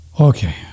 Okay